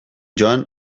joan